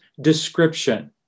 description